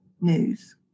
news